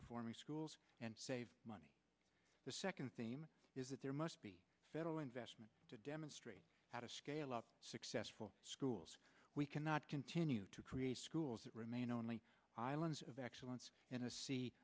performing schools and save money the second theme is that there must be federal investment to demonstrate how to scale up successful schools we cannot continue to create schools that remain only islands of excellence in a sea